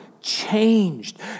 changed